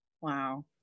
Wow